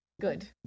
good